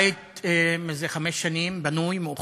בית בן חמש שנים, בנוי, מאוכלס,